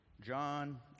John